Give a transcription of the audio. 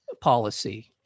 policy